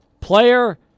Player